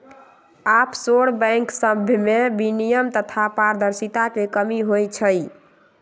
offshore bank सभमें विनियमन तथा पारदर्शिता के कमी होइ छइ